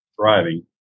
thriving